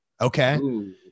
okay